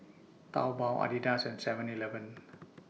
Taobao Adidas and Seven Eleven